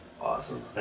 awesome